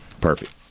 Perfect